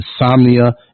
insomnia